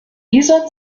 dieser